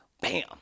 Bam